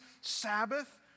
Sabbath